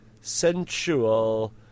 sensual